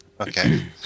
Okay